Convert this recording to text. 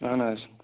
اَہَن حظ